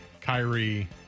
Kyrie